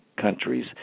countries